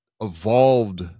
evolved